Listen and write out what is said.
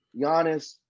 Giannis